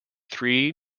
three